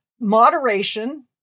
moderation